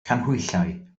canhwyllau